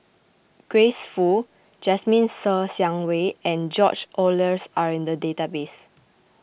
Grace Fu Jasmine Ser Xiang Wei and George Oehlers are in the database